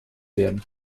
werden